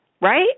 right